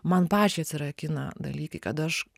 man pačiai atsirakina dalykai kad aš